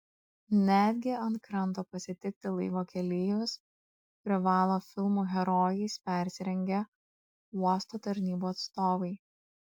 netgi ant kranto pasitikti laivo keleivius privalo filmų herojais persirengę uosto tarnybų atstovai